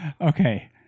Okay